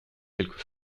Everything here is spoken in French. quelques